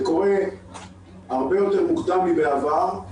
זה קורה הרבה יותר מוקדם מבעבר,